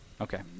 Okay